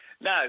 No